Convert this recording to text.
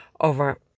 over